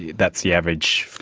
that's the average.